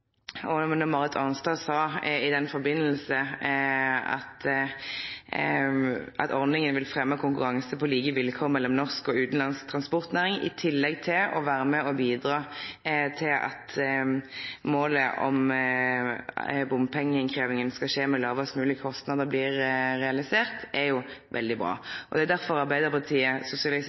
at Marit Arnstad i samband med dette sa at ordninga vil fremja konkurranse på like vilkår mellom norsk og utanlandsk transportnæring, i tillegg til å bidra til at målet om at bompengeinnkrevjinga skal skje med lågast mogleg kostnader, blir realisert. Det er derfor Arbeidarpartiet, Sosialistisk